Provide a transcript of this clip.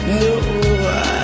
no